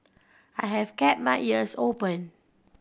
I have kept my ears open